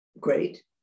great